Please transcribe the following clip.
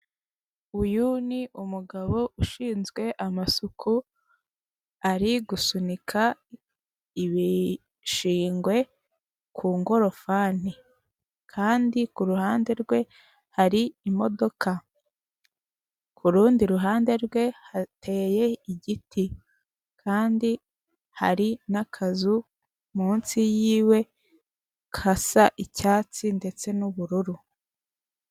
Uyu ni umugabo ushinzwe amasuku ari gusunika ibishingwe ku ngorofani kandi kuruhande rwe hari imodoka, kurundi ruhande rwe hateye igiti kandi hari n'akazu munsi yiwe kasa icyatsi ndetse n'ubururu.